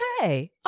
okay